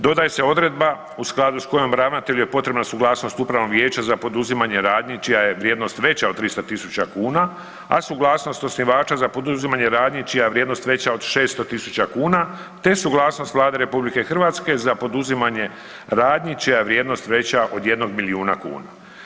Dodaje se odredba u skladu s kojom ravnatelju je potrebna suglasnost upravnog vijeća za poduzimanje radnji čija je vrijednost veća od 300.000 kuna, a suglasnost osnivača za poduzimanje radnji čija je vrijednost veća od 600.000 kuna, te suglasnost Vlade RH za poduzimanje radnji čija je vrijednost veća od jednog milijuna kuna.